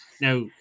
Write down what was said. Now